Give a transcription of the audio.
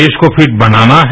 देश को फिट बनाना है